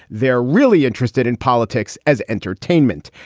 they're really interested in politics as entertainment.